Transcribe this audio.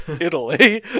Italy